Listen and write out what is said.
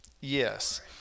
yes